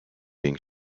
being